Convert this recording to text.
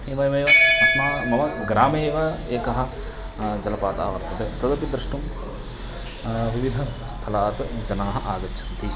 एवमेव अस्माकं मम ग्रामे एव एकः जलपातः वर्तते तदपि द्रष्टुं विविधस्थलात् जनाः आगच्छन्ति